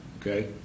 Okay